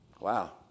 Wow